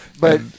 But-